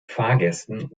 fahrgästen